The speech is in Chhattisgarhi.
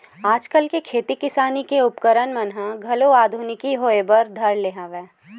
आजकल के खेती किसानी के उपकरन मन ह घलो आधुनिकी होय बर धर ले हवय